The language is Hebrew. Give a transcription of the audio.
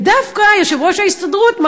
ודווקא יושב-ראש ההסתדרות,